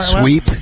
Sweep